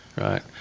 right